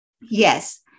Yes